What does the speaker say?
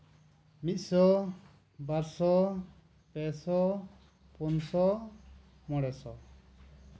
ᱢᱤᱫ ᱥᱚ ᱵᱟᱨ ᱥᱚ ᱯᱮ ᱥᱚ ᱯᱩᱱ ᱥᱚ ᱢᱚᱬᱮ ᱥᱚ